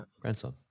Grandson